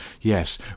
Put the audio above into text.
yes